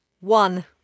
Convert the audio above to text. One